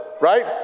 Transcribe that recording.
Right